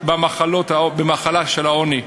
במחלת העוני.